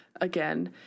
again